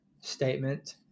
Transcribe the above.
statement